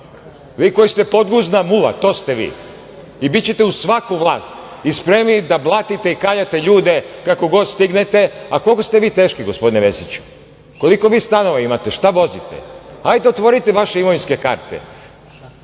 vi koji ste podguzna muva. To ste vi i bićete uz svaku vlast i spremni da blatite i kaljate ljude kako god stignete, a koliko ste vi teški, gospodine Vesiću? Koliko vi stanova imate? Šta vozite? Hajde otvorite vaše imovinske